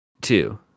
Two